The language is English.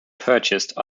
purchased